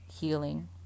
Healing